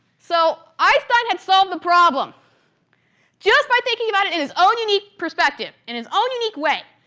so, einstein had solved the problem just by thinking about it in his own unique perspective, in his own unique way.